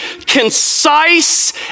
concise